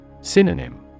Synonym